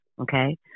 Okay